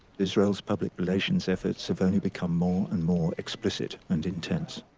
israelis public relations efforts have only become more and more explicit and intense.